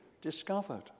discovered